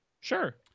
Sure